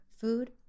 Food